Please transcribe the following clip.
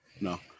no